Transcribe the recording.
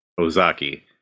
ozaki